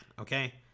okay